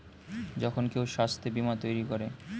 যখন কেউ স্বাস্থ্য বীমা তৈরী করে